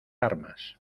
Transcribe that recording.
armas